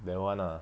that [one] ah